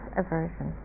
aversion